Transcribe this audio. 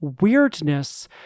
weirdness